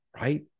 right